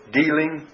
dealing